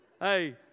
hey